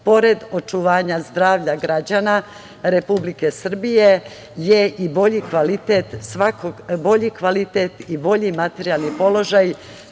pored očuvanja zdravlja građana Republike Srbije je i bolji kvalitet i bolji materijalni položaj